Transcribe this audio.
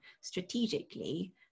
strategically